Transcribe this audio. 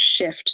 shift